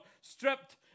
Stripped